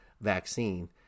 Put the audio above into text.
vaccine